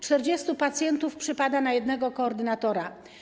40 pacjentów przypada na jednego koordynatora.